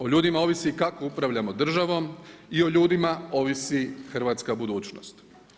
O ljudima ovisi kako upravljamo državom i o ljudima ovisi Hrvatska budućnost.